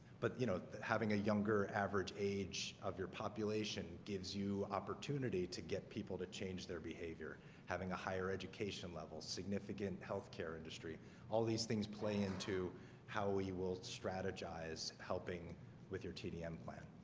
but you know having a younger average age of your population gives you opportunity to get people to change their behavior having a higher education level significant healthcare industry all these things play into how we will strategize helping with your tdm plan?